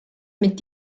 mit